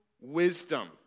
wisdom